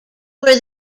were